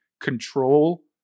Control